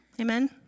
Amen